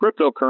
cryptocurrency